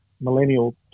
millennial